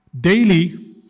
Daily